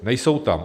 Nejsou tam.